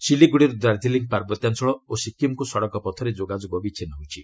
ସିଲିଗୁଡ଼ିରୁ ଦାର୍କିଲିଂ ପାର୍ବତ୍ୟାଞ୍ଚଳ ଓ ସକ୍କିମ୍କୁ ସଡ଼କ ପଥରେ ଯୋଗାଯୋଗ ବିଚ୍ଛିନ୍ନ ହୋଇଛି